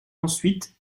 ensuite